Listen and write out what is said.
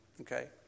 Okay